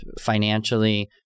financially